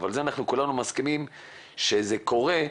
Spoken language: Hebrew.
אבל כולנו מסכימים שזה קורה,